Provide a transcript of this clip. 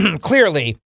clearly